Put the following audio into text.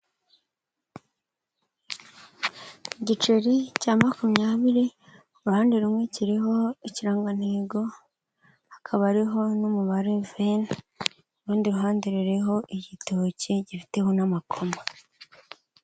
Igiceri cya makumyabiri uruhande rumwe kiriho ikirangantego hakaba ariho n'umubare wa venti ku rundi ruhande rureho igitoki gifiteho n'amakoma.